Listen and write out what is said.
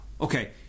Okay